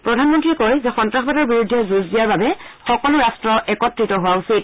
প্ৰধানমন্ত্ৰীয়ে কয় যে সন্তাসবাদৰ বিৰুদ্ধে যুঁজ দিয়াৰ বাবে সকলো ৰাট্ট একত্ৰিত হোৱা উচিত